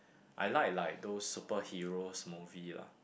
I like like those superheroes movie lah